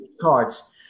cards